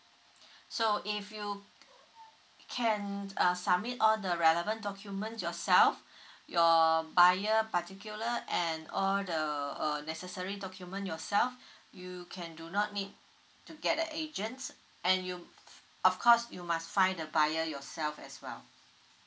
so if you can uh submit all the relevant document yourself your buyer particular and all the uh necessary document yourself you can do not need to get the agent and you f~ of course you must find the buyer yourself as well